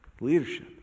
Leadership